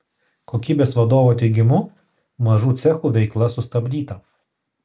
kokybės vadovo teigimu mažų cechų veikla sustabdyta